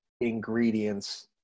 ingredients